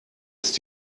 ist